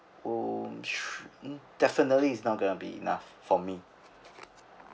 oh definitely it's not gonna be enough for me